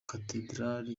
cathedral